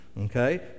okay